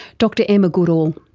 dr emma goodall.